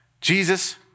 Jesus